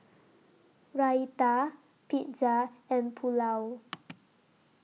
Raita Pizza and Pulao